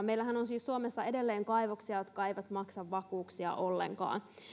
meillähän on on siis suomessa edelleen kaivoksia jotka eivät maksa vakuuksia ollenkaan